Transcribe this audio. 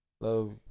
love